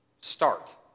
start